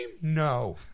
no